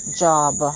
job